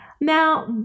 Now